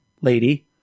lady